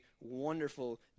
wonderful